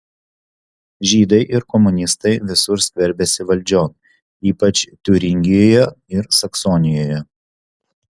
žydai ir komunistai visur skverbiasi valdžion ypač tiuringijoje ir saksonijoje